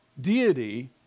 deity